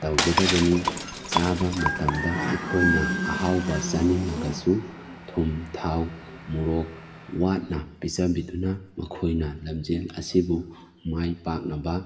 ꯇꯧꯒꯗꯕꯅꯤ ꯆꯥꯕ ꯃꯇꯝꯗ ꯑꯩꯈꯣꯏꯅ ꯑꯍꯥꯎꯕ ꯆꯥꯅꯤꯡꯉꯒꯁꯨ ꯊꯨꯝ ꯊꯥꯎ ꯃꯣꯔꯣꯛ ꯋꯥꯠꯅ ꯄꯤꯖꯕꯤꯗꯨꯅ ꯃꯈꯣꯏꯅ ꯂꯝꯖꯦꯟ ꯑꯁꯤꯕꯨ ꯃꯥꯏ ꯄꯥꯛꯅꯕ